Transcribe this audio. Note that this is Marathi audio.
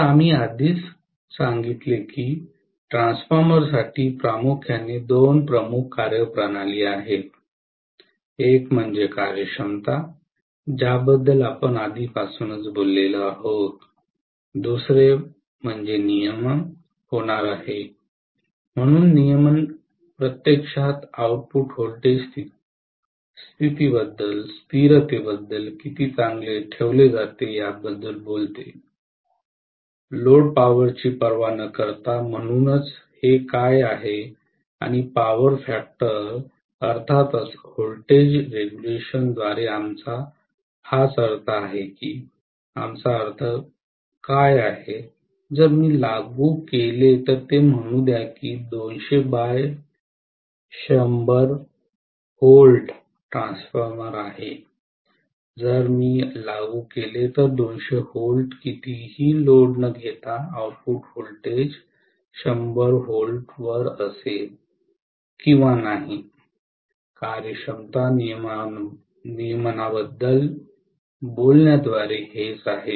तर आम्ही आधीच सांगितले की ट्रान्सफॉर्मरसाठी प्रामुख्याने दोन प्रमुख कार्यप्रणाली आहेत एक म्हणजे कार्यक्षमता ज्याबद्दल आपण आधीपासूनच बोललो आहोत दुसरे नियमन होणार आहे म्हणून नियमन प्रत्यक्षात आउटपुट व्होल्टेज स्थिरतेबद्दल किती चांगले ठेवले जाते याबद्दल बोलते लोड पॉवरची पर्वा न करता म्हणूनच हे काय आहे आणि पॉवर फॅक्टर अर्थातच व्होल्टेज रेग्युलेशनद्वारे आमचा हाच अर्थ आहे आमचा अर्थ काय आहे जर मी लागू केले तर ते म्हणू द्या की ते 200 बाय 100 V ट्रान्सफॉर्मर आहे जर मी लागू केले तर 200 व्होल्ट कितीही लोड न घेता आउटपुट व्होल्टेज 100 V वर असेल किंवा नाही कार्यक्षमता नियमनाबद्दल बोलण्याद्वारे हेच आहे